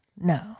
no